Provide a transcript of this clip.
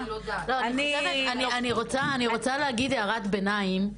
אני רוצה להגיד הערת ביניים,